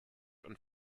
und